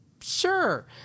Sure